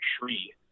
tree